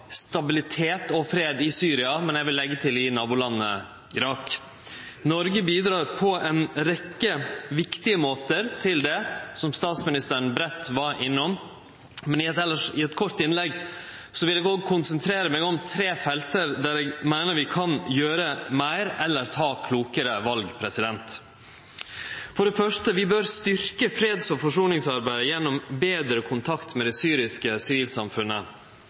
stabilitet og fred i Syria, men eg vil leggje til i nabolandet Irak. Noreg bidreg på ei rekkje viktige måtar til det, som statsministeren breitt var innom, men i eit kort innlegg vil eg òg konsentrere meg om tre felt der eg meiner vi kan gjere meir eller ta klokare val. For det første: Vi bør styrkje freds- og forsoningsarbeidet gjennom betre kontakt med det syriske sivilsamfunnet.